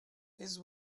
his